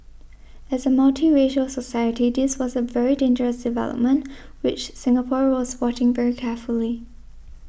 as a multiracial society this was a very dangerous development which Singapore was watching very carefully